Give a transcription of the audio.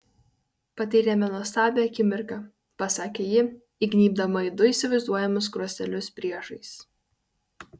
patyrėme nuostabią akimirką pasakė ji įgnybdama į du įsivaizduojamus skruostelius priešais